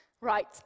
Right